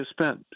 spent –